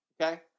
Okay